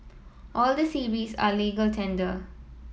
all the series are legal tender